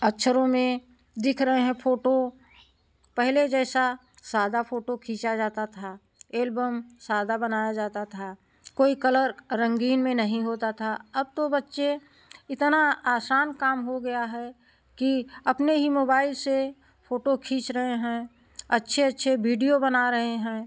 अच्छरों में दिख रहे हैं फोटो पहेले जैसा सादा फोटो खींचा जाता था एलबम सादा बनाया जाता था कोई कलर रंगीन में नहीं होता था अब तो बच्चे इतना आसान काम हो गया है कि अपने ही मोबाइल से फोटो खींच रहे हैं अच्छे अच्छे वीडियो बना रहे हैं